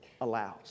allows